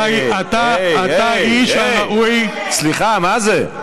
אתה איש שראוי, הי, הי, סליחה, מה זה?